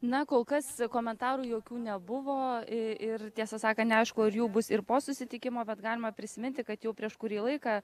na kol kas komentarų jokių nebuvo ir tiesą sakant neaišku ar jų bus ir po susitikimo bet galima prisiminti kad jau prieš kurį laiką